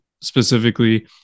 specifically